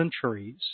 centuries